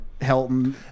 Helton